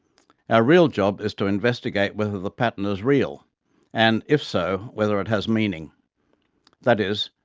our real job is to investigate whether the pattern is real and, if so, whether it has meaning that is,